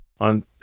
On